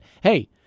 hey